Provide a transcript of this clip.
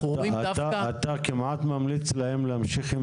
אתה כמעט ממליץ להם להמשיך עם